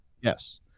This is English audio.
Yes